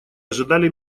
ожидали